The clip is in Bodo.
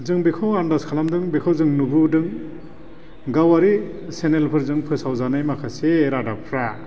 जों बेखौ आनदाज खालामदों बेखौ जों नुबोदों गावारि चेनेलफोरजों फोसावजानाय माखासे रादाबफ्रा